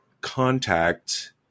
contact